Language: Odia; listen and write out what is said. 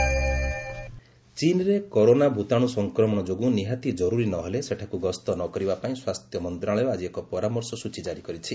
ହେଲ୍ଥ କରୋନା ଭାଇରସ୍ ଚୀନରେ କରୋନା ଭୂତାଣୁ ସଂକ୍ରମଣ ଯୋଗୁଁ ନିହାତି କରୁରୀ ନ ହେଲେ ସେଠାକୁ ଗସ୍ତ ନ କରିବା ପାଇଁ ସ୍ୱାସ୍ଥ୍ୟ ମନ୍ତ୍ରଣାଳୟ ଆଜି ଏକ ପରାମର୍ଶ ସ୍ବଚୀ ଜାରି କରିଛି